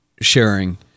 sharing